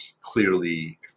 clearly